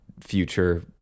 future